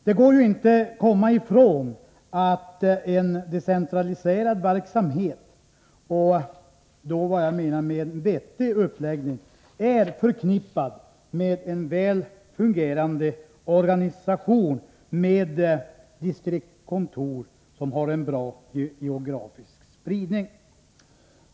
Det går inte att komma ifrån att en decentraliserad verksamhet — med en vettig uppläggning — måste vara förknippad med en väl fungerande organisation med distriktskontor som har en bra geografisk spridning.